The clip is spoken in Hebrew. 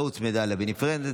שלא הוצמדה והיא נפרדת.